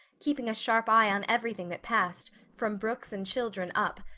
keeping a sharp eye on everything that passed, from brooks and children up,